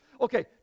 Okay